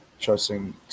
trusting